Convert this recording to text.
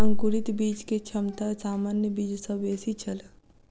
अंकुरित बीज के क्षमता सामान्य बीज सॅ बेसी छल